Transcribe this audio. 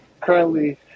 currently